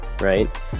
right